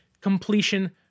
completion